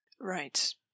Right